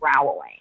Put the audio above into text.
growling